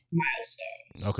milestones